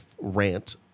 rant